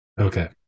okay